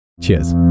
Cheers